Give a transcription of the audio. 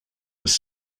was